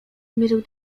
zmierzył